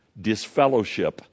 disfellowship